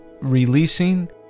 releasing